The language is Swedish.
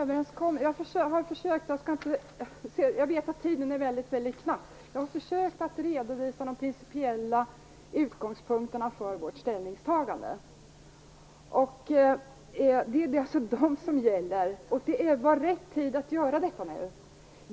Fru talman! Jag vet att tiden är väldigt knapp. Jag har försökt att redovisa de principiella utgångspunkterna för vårt ställningstagande. Det är de som gäller. Det var rätt tid att göra detta nu.